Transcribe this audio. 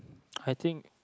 I think